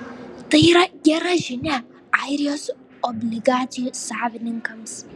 tai yra gera žinia airijos obligacijų savininkams